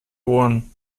ohren